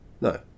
No